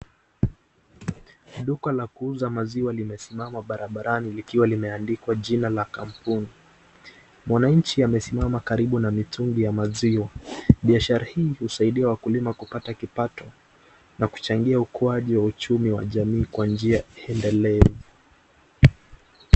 Duka la kuuza maziwa limesimama barabarani likiwa limeandikwa jina la kampuni. Mwananchi amesimama karibu na mitungi ya maziwa. Biashara hii husaidia wakulima kupata kipato na kuchangia ukuaji wa uchumi wa jamii kwa njia endelevu.